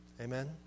Amen